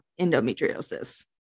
endometriosis